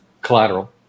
collateral